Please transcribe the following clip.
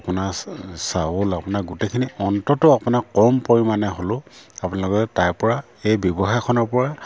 আপোনাৰ চা চাউল আপোনাৰ গোটেইখিনি অন্ততঃ আপোনাৰ কম পৰিমাণে হ'লেও আপোনালোকে তাৰ পৰা এই ব্যৱসায়খনৰ পৰা